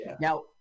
Now